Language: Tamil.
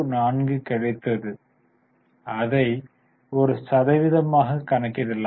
04 கிடைத்தது அதை ஒரு சதவீதமாக கணக்கிடலாம்